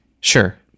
sure